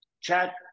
chat